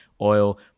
oil